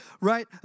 right